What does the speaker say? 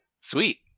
Sweet